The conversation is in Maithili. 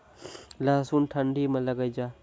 लहसुन ठंडी मे लगे जा?